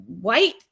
white